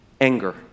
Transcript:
Anger